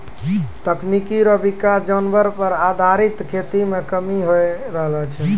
तकनीकी रो विकास जानवर पर आधारित खेती मे कमी होय रहलो छै